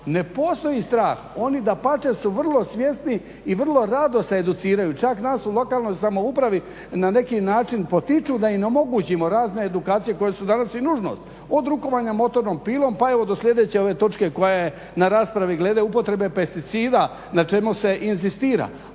ne postoji strah, oni dapače su vrlo svjesni i vrlo rado se educiraju. Čak nas u lokalnoj samoupravi na neki način potiču da im omogućimo razne edukacije koje su danas i nužnost, od rukovanja motornom pilom pa evo do sljedeće ove točke koja je na raspravi glede upotrebe pesticida na čemu se inzistira